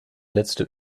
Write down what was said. letzte